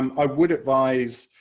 um i would advise